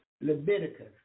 Leviticus